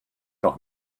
noch